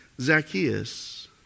Zacchaeus